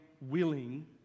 willing